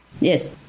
Yes